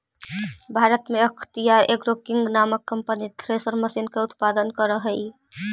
भारत में Akhtiyar agro king नामक company thresher machine के उत्पादन करऽ हई